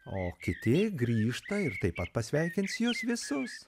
o kiti grįžta ir taip pat pasveikins jus visus